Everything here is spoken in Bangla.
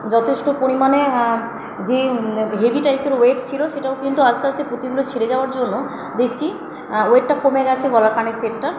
যথেষ্ট পরিমাণে যে হেভি টাইপের ওয়েট ছিল সেটাও কিন্তু আস্তে আস্তে পুঁতিগুলো ছিঁড়ে যাওয়ার জন্য দেখছি ওয়েটটা কমে গেছে গলার কানের সেটটার